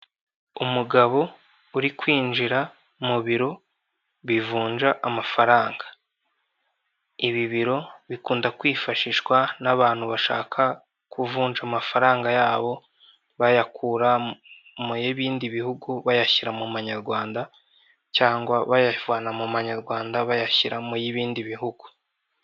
Umugabo uri kwinjira mu biro bivunja amafaranga, ibi biro bikunda kwifashishwa n'abantu bashaka kuvunja amafaranga yabo bayakura mu y'ibindi bihugu bayashyira mu manyarwanda cyangwa bayavana mu manyarwanda bayashyira mu y'ibindi bihugu.